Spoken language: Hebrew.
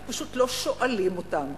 כי פשוט לא שואלים אותם.